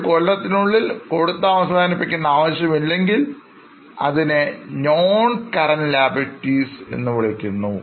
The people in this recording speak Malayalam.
ഒരു കൊല്ലത്തിനുള്ളിൽ കൊടുത്ത അവസാനിപ്പിക്കേണ്ട ആവശ്യമില്ലെങ്കിൽ അതിനെ Noncurrent Liabilities എന്നു വിളിക്കുന്നു